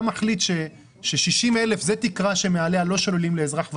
אתה מחליט ש-60,000 זה תקרה שמעליה לא שוללים לאזרח ותיק.